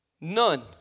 None